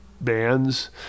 bands